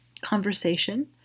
conversation